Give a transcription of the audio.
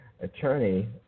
attorney